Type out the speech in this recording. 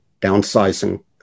downsizing